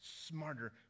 smarter